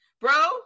bro